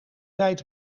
tijd